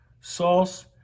sauce